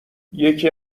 یکی